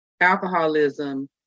alcoholism